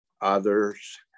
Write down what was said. Others